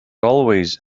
always